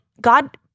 God